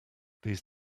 these